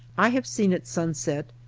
i have seen at sunset,